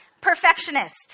Perfectionist